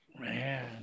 Man